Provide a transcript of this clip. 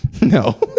No